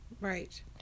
right